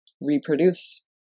reproduce